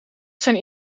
zijn